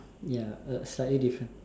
ya uh slightly different